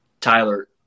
Tyler